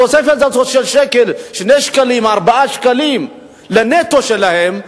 התוספת הזאת של שקל, 2 שקלים, 4 שקלים לנטו שלהם,